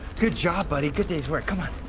good job, buddy, good day's work, come on.